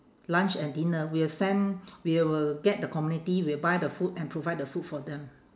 lunch and dinner we'll send we will get the community we'll buy the food and provide the food for them